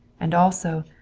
and also,